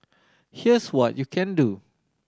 here's what you can do